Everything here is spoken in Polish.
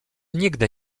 nigdy